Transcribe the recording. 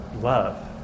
love